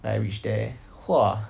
like reached there !wah!